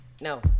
no